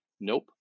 Nope